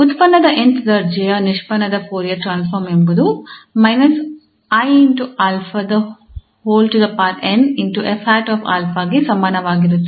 ಉತ್ಪನ್ನದ 𝑛th ದರ್ಜೆಯ ನಿಷ್ಪನ್ನದ ಫೋರಿಯರ್ ಟ್ರಾನ್ಸ್ಫಾರ್ಮ್ ಎಂಬುದು −𝑖𝛼𝑛𝑓̂𝛼 ಗೆ ಸಮಾನವಾಗಿರುತ್ತದೆ